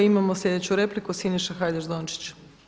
Imamo sljedeću repliku Siniša Hajdaš Dončić.